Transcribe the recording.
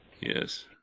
yes